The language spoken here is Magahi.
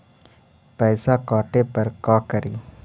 पैसा काटे पर का करि?